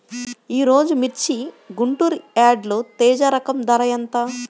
ఈరోజు మిర్చి గుంటూరు యార్డులో తేజ రకం ధర ఎంత?